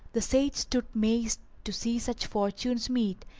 the sage stood mazed to see such fortunes meet,